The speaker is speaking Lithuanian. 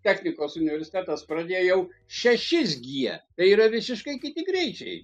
technikos universitetas pradėjo jau šešis gie tai yra visiškai kiti greičiai